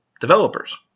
Developers